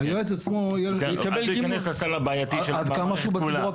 היועץ עצמו יקבל --- עד כמה שהוא בציבור הכללי,